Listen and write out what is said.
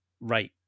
right